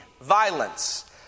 violence